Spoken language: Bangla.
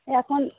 এখন